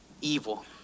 evil